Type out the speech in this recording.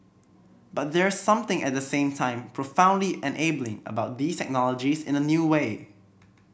but there's something at the same time profoundly enabling about these technologies in a new way